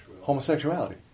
Homosexuality